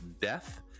death